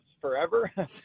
forever